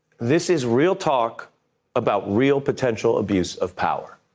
this is real talk about real potential abuse of power.